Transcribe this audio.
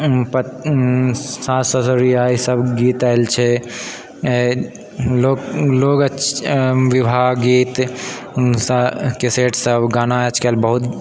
सास ससुरिया ई सब गीत आयल छै लोक लोग विवाह गीत कैसेट सब गाना आजकल बहुत